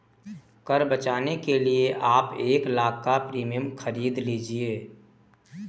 कर बचाने के लिए आप एक लाख़ का प्रीमियम खरीद लीजिए